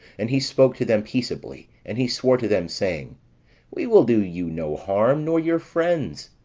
and he spoke to them peaceably and he swore to them, saying we will do you no harm, nor your friends.